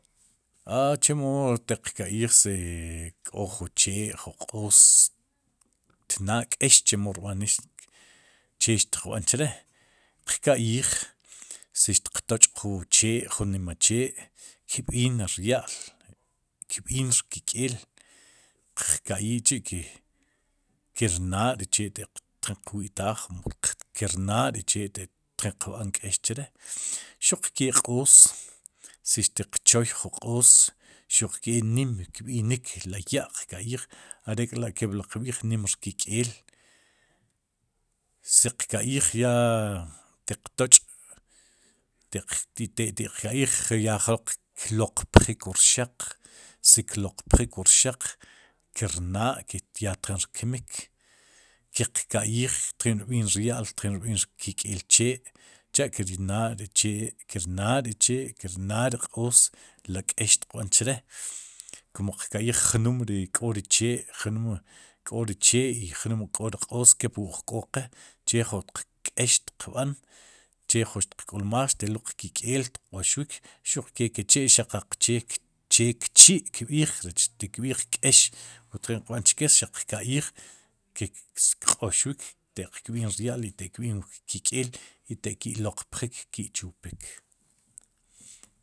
A chemo tiq ka'yij si k'o jun chee ju q'oos tnaa k'eex chemo rb'anik, che tiqb'an che si xtiq toch'jun chee, ju nima chee'kb'iin rya'l kb'iin rk'ik'eel, qka'yij chi'ki rnaa ri chee' te'q tjin qwi'taaj, mu kirnaa'ri chee'ataq tjin qb'an k'eex chre' xuq kee ri q''os, si tiq chooy ju q'oos xuq kee nim kb'inik le ya', qka'yij are'k'la' kep liq b'iij, nim rk'ik''el si ka'yij ya tiq toch' taq tek ti'q ka'yij, ya jroq tloq pjik wu rxaq, si kloqpjik wu rxaq ki rnaa'ya ke ya tjin kmiik, kiq ka'yij tjin kb'iin rya'l tjin kb'iin rk'ik'el chee, cha'kinaa'ri chee, kirnaa'ri q'oos, le k'eex xtiq b'an chre, kum qka'yij jnum ri k'o ri chee'jnum k'o ri chee'jnum ruk'ri q'oos kep wu uj k'o qe che jun k'eex xtiqb'an che ju tiqk'ulmaaj, xteluul qki k'eel xq'oxwik xuqkee ke'chee'qaqchee che kchi' kb'iij rech tikb'iij k'eex wu tjin qb'an cheke xaq qk'ayij ke kq'oxwik te'q kb'iin rya'l y te'kb'iin kkik'eel i taq ki'loq pjik ki'chupik.